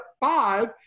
five